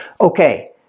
Okay